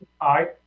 Aye